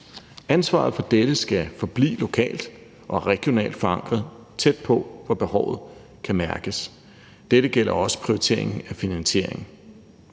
Ansvaret for dette skal forblive lokalt og regionalt forankret tæt på, hvor behovet kan mærkes. Dette gælder også prioriteringen af finansieringen.